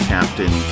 Captain